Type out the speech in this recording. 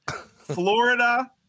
Florida